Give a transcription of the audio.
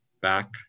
back